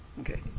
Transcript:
Okay